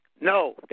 No